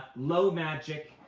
low magic,